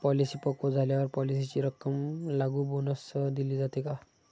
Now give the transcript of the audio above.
Policy पक्व झाल्यावर पॉलिसीची रक्कम लागू बोनससह दिली जाते का?